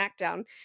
smackdown